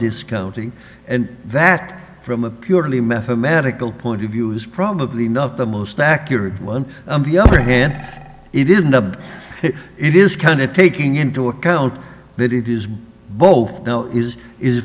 discounting and that from a purely mathematical point of view is probably not the most accurate one the other hand it didn't it is kind of taking into account that it is both is is